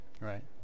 right